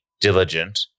diligent